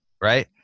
Right